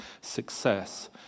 success